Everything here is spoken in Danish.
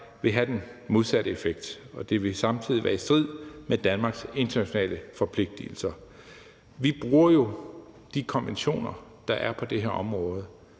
vil have den modsatte effekt, og det vil samtidig være i strid med Danmarks internationale forpligtelser. Vi bruger jo de konventioner, der er på det her område.